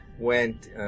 Went